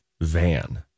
van